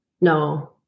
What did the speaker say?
No